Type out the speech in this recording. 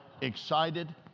excited